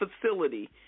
facility